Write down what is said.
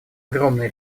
огромный